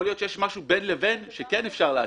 יכול להיות שיש משהו בין לבין שכן אפשר להתאים.